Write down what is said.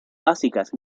básicas